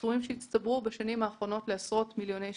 מדובר בסכומים שהצטברו בשנים האחרונות לעשרות מיליוני שקלים.